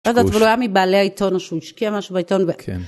לא יודעת, אבל הוא היה מבעלי העיתון, או שהוא השקיע משהו בעיתון.